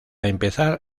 empezar